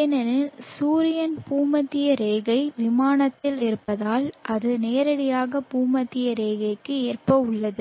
ஏனெனில் சூரியன் பூமத்திய ரேகை விமானத்தில் இருப்பதால் அது நேரடியாக பூமத்திய ரேகைக்கு ஏற்ப உள்ளது